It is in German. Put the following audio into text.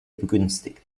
begünstigt